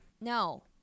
No